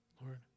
Lord